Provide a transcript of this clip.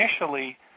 initially